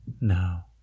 Now